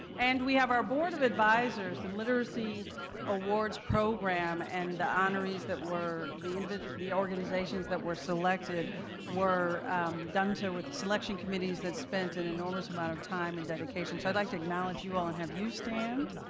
and we have our board of advisors to literacy awards program and the honorees that were the individual the organizations that were selected were done so with the selection communities that spent an enormous amount of time and dedication. so i'd like to acknowledge you all and have you stand.